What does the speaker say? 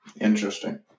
interesting